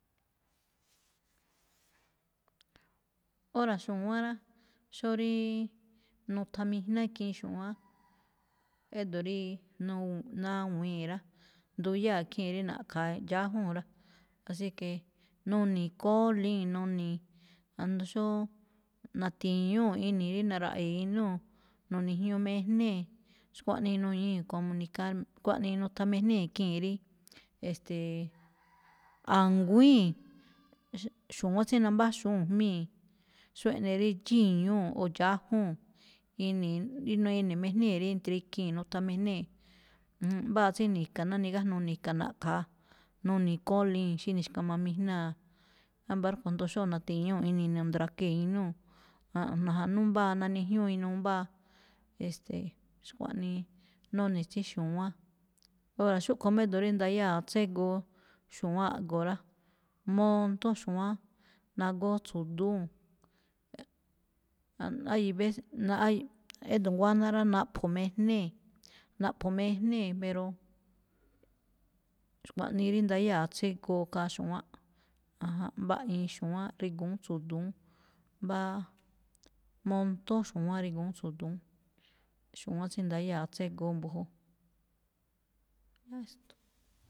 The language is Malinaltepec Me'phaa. Óra̱ xu̱wán rá, xóo rí nuthanmijná ikhiin xu̱wán, ído̱ rí nu- nawii̱n rá, nduyáa̱ khii̱n rí na̱ꞌkha̱a dxájúu̱n rá, así que nuni̱i̱ kólii̱n nuni̱i̱ ajndo xóo na̱ti̱ñúu̱ ini̱i̱ rí na̱ra̱ꞌe̱e̱ inúu̱, nu̱ni̱jñ ejnée̱. Xkuaꞌnii nuñíi̱ comunicar xkuaꞌnii nuthannmijnée̱ khii̱n rí, e̱ste̱e̱, a̱nguíi̱n, xu̱wa̱án tsí nambáxúu̱n jmíi̱, xóo eꞌne rí dxíñúu̱ o dxájúu̱n ini̱i̱ rí nuñi̱mejnée̱ rí entre ikhii̱n nothanmijnée̱. Mbáa ni̱ka̱ ná nigájnuu ni̱ka na̱ꞌkha̱a nuni̱i̱ kólíi̱n, xí ni̱xkamamijná̱. Ámba̱ rúꞌkho̱ jndo xóo na̱ti̱ñúu̱ ini̱i̱ na̱ndra̱kee̱ inúu̱, na̱ja̱nú mbáa nanijñúú inuu mbáa, e̱ste̱e̱. xkuaꞌnii none tsí xu̱wán. Óra̱ xúꞌkho̱ má édo̱ rí ndayá tségoo xu̱wánꞌ a̱ꞌgo̱ rá, montóon xu̱wa̱án nagóó tsu̱dúu̱n. hay veces- hay édo̱ nguáná rá naꞌpho̱mejnée̱, naꞌpho̱mejnée̱ pero, xkuaꞌnii rí ndayáa tsígoo khaa xu̱wa̱ánꞌ, janjánꞌ, mbaꞌiin xu̱wa̱án rigu̱ún tsu̱du̱ún, mbáá montóon xu̱waánꞌ rigu̱ún tsu̱du̱u̱ xu̱wán tsí ndayáa tségoo mbu̱jú.